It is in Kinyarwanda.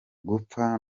gupfa